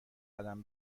قدم